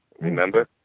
remember